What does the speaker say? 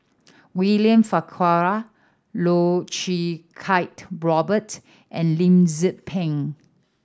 William Farquhar Loh Choo Kiat Robert and Lim Tze Peng